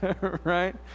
Right